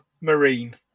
marine